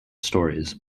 stories